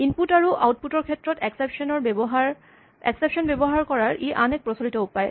input আৰু output ৰ ক্ষেত্ৰত এক্সেপচন ব্যৱহাৰ কৰাৰ ই আন এক প্ৰচলিত উপায়